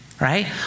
right